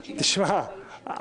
תשמע,